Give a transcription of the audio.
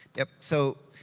yep, so